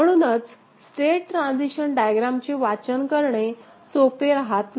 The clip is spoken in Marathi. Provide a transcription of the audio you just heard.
म्हणूनच स्टेट ट्रान्झिशन डायग्रामचे वाचन करणे सोपे राहात नाही